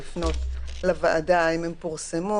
האם הן פורסמו?